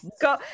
go